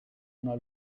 una